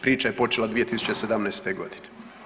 Priča je počela 2017. godine.